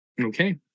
Okay